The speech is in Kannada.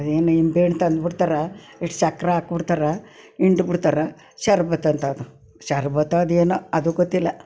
ಏನು ನಿಂಬೆಹಣ್ಣು ತಂದು ಬಿಡ್ತಾರಾ ಇಷ್ಟು ಸಕ್ಕರೆ ಹಾಕಿ ಬಿಡ್ತಾರೆ ಹಿಂಡಿ ಬಿಡ್ತಾರೆ ಶರ್ಬತ್ತು ಅಂತೆ ಅದು ಶರ್ಬತ್ತೋ ಅದೇನೋ ಅದು ಗೊತ್ತಿಲ್ಲ